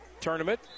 tournament